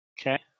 Okay